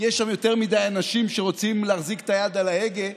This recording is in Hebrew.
יש שם יותר מדי אנשים שרוצים להחזיק את היד על ההגה,